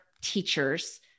teachers